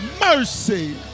mercy